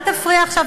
אל תפריע עכשיו.